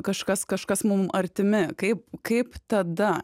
kažkas kažkas mum artimi kaip kaip tada